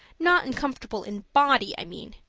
not uncomfortable in body i mean.